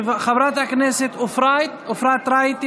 חוק ומשפט להכנה לקריאה שנייה ושלישית.